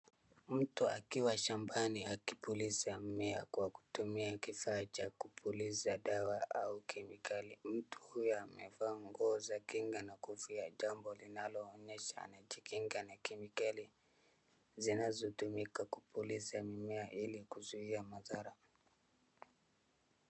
Mtu akiwa shambani akipuliza mimea kwa kutumia kifaa cha kupuliza dawa au kemikali. Mtu huyu amevaa nguo za akinga na kofia jambo linaloonyesha anajikinga na kemikali zinazotumika kupuliza mimea ili kuzuia madhara.